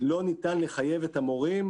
לא ניתן לחייב את המורים,